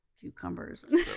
Cucumbers